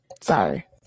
Sorry